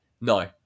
No